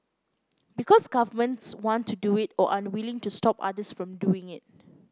because governments want to do it or are unwilling to stop others from doing it